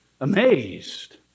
amazed